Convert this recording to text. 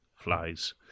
flies